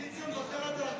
האופוזיציה מוותרת על הדוברים.